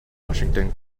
washington